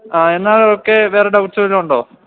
ആ എന്നാൽ ഓക്കെ വേറെ ഡൗട്ട്സ് വല്ലതും ഉണ്ടോ